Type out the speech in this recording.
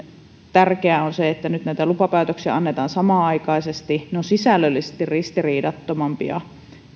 tärkeää on se että nyt näitä lupapäätöksiä annetaan samanaikaisesti ne ovat sisällöllisesti riistiriidattomampia